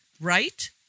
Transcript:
right